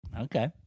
Okay